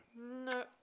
No